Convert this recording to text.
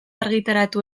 argitaratu